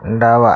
डावा